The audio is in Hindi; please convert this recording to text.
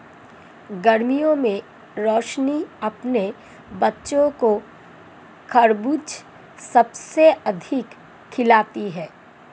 गर्मियों में रोशनी अपने बच्चों को खरबूज सबसे अधिक खिलाती हैं